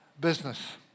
business